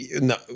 no